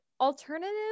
alternative